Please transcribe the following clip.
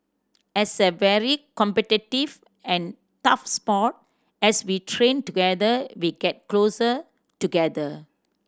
as a very competitive and tough sport as we train together we get closer together